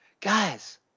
Guys